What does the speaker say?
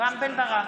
רם בן ברק,